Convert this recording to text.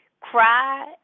cry